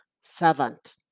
servant